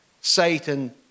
Satan